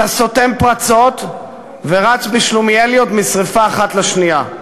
אתה סותם פרצות ורץ בשלומיאליות משרפה אחת לשנייה.